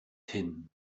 hidden